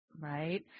right